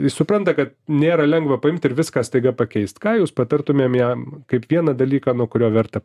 jis supranta kad nėra lengva paimt ir viską staiga pakeist ką jūs patartumėm jam kaip vieną dalyką nuo kurio verta